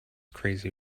crazy